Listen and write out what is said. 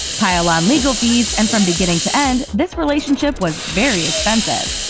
pile on legal fees, and from beginning to end this relationship was very expensive.